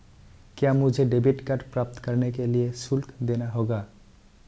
क्या मुझे debit card प्राप्त करने के लिए शुल्क देना होगा?